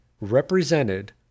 represented